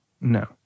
no